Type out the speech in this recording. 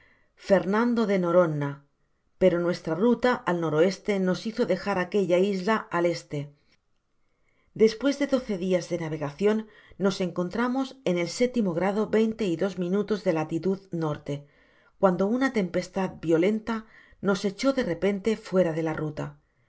fernando de noronha pero nuestra ruta al n e nos hizo dejar aquella isla al e despues de doce dias de navegacion nos encontramos en el sétimo grado veinte y dos minutos de latitud norte cuando una tempestad violenta nos echó de repente fuera de la ruta